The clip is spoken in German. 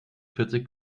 vierzig